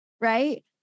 right